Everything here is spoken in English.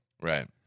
Right